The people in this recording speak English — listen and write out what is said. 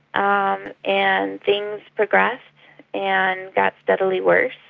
um and things progressed and got steadily worse.